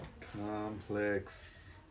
Complex